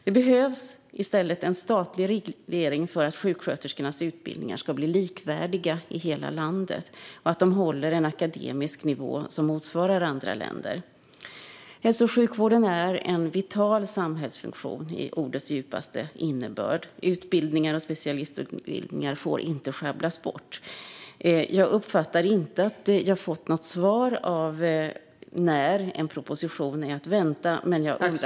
Det behövs i stället en statlig reglering för att sjuksköterskornas utbildningar ska bli likvärdiga i hela landet och så att de håller en akademisk nivå som motsvarar den i andra länder. Hälso och sjukvården är en vital samhällsfunktion i ordets djupaste innebörd. Utbildningar och specialistutbildningar får inte sjabblas bort. Jag uppfattar inte att jag har fått något svar på när en proposition är att vänta.